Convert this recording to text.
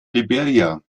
liberia